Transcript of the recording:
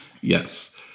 Yes